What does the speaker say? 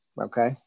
Okay